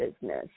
business